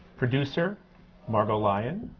producer margo lion,